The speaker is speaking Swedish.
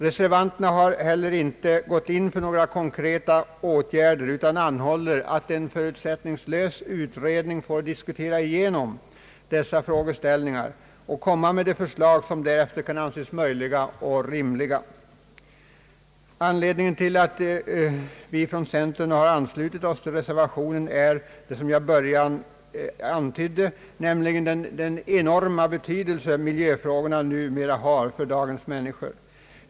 Reservanterna har heller inte gått in för några konkreta åtgärder, utan anhåller att en förutsättningslös utredning får diskutera igenom dessa frågeställningar och komma med de förslag som därefter kan anses möjliga och rimliga. Anledningen till att vi från centern har anslutit oss till reservationen är det som jag i början antydde, nämligen den enorma betydelse miljöfrågorna numera har för dagens människor.